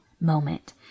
moment